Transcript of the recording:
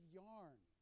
yarn